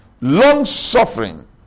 long-suffering